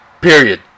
Period